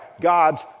God's